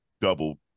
double –